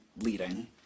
leading